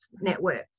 networks